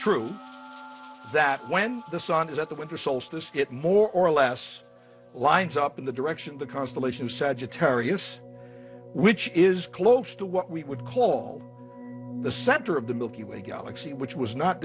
true that when the sun is at the winter solstice it more or less lines up in the direction of the constellation sagittarius which is close to what we would call the center of the milky way galaxy which was not